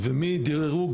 ומדרוג